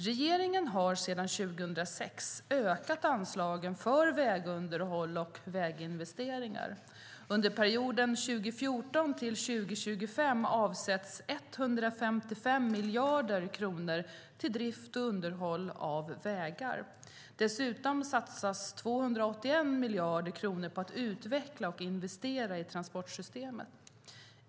Regeringen har sedan 2006 ökat anslagen för vägunderhåll och väginvesteringar. Under perioden 2014-2025 avsätts 155 miljarder kronor till drift och underhåll av vägar. Dessutom satsas 281 miljarder kronor på att utveckla och investera i transportsystemet.